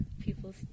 people's